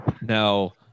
now